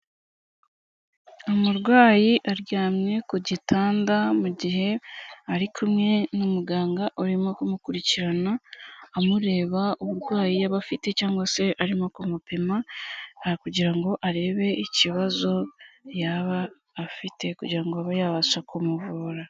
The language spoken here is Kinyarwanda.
Umurwayi aryamye ku gitanda mu gihe ari kumwe na muganga urimo kumukurikirana, amureba uburwayi yaba afite cyangwa se arimo kumupima, aha kugira ngo arebe ikibazo yaba afite kugira ngo abe yabasha kumuvura.